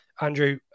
Andrew